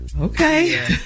Okay